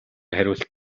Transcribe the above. хариулт